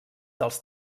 dels